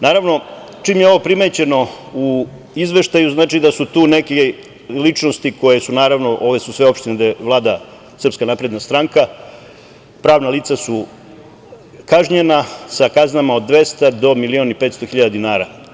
Naravno, čim je ovo primećeno u izveštaju, znači da su tu neke ličnosti koje su, naravno, ovo su sve opštine gde vlada SNS, pravna lica su kažnjena sa kaznama od 200 do milion i 500 hiljada dinara.